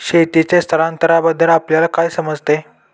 शेतीचे स्थलांतरबद्दल आपल्याला काय समजते?